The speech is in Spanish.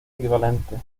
equivalentes